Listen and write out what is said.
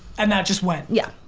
and that just went? yeah.